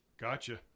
gotcha